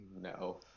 No